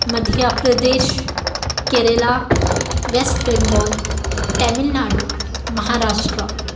Madhya Pradesh Kerala West Bengal Tamil Nadu Maharashtra